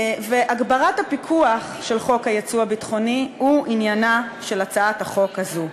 הגברת הפיקוח של חוק היצוא הביטחוני הוא עניינה של הצעת החוק הזו.